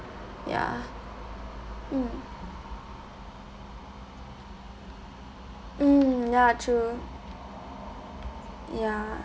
ya mm mm ya true ya